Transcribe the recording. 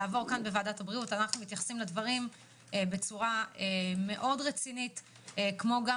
אנחנו מתייחסים לדברים בצורה מאוד רצינית כמו גם